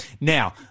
Now